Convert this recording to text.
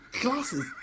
glasses